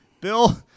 Bill